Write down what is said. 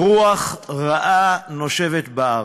רוח רעה נושבת בארץ,